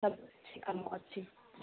ସବୁକିଛି କାମ ଅଛି